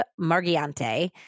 Margiante